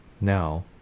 now